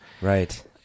Right